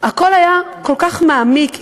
הכול היה כל כך מעמיק.